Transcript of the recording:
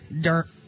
dirt